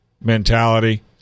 mentality